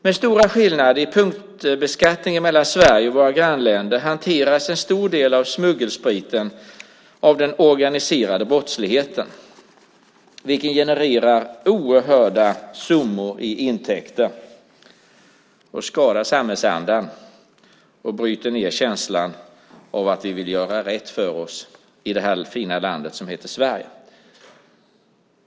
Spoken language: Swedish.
Den stora skillnaden i punktbeskattningen mellan Sverige och våra grannländer är att en stor del av smuggelspriten hanteras av den organiserade brottsligheten, vilken genererar oerhörda summor i intäkter samt skadar samhällsandan och bryter ned känslan för att vi i det fina land som heter Sverige vill göra rätt för oss.